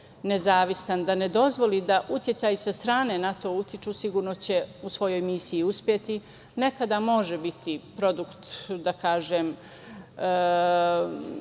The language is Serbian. da ne dozvoli da uticaji sa strane na to utiču, sigurno će u svojoj misiji uspeti. Nekada može biti produkt da kažem,